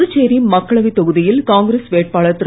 புதுச்சேரி மக்களவைத் தொகுதியில் காங்கிரஸ் வேட்பாளர் திரு